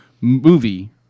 movie